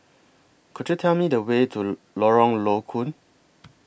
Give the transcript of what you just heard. Could YOU Tell Me The Way to Lorong Low Koon